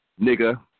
nigga